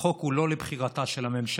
החוק הוא לא לבחירתה של הממשלה,